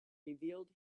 revealed